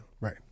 Right